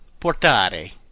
portare